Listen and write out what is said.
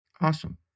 Awesome